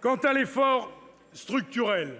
Quant à l'effort structurel,